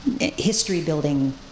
history-building